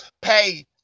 pay